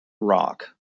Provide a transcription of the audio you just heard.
rock